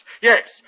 Yes